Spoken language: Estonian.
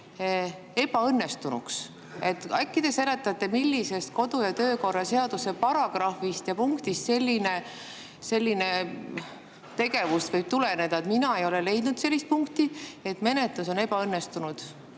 ebaõnnestunuks. Äkki te seletate, millisest kodu‑ ja töökorra seaduse paragrahvist ja punktist selline [järeldus] võib tuleneda. Mina ei ole leidnud sellist punkti, et menetlus on ebaõnnestunud.